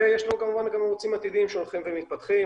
ויש לנו גם ערוצים עתידיים שהולכים ומתפתחים.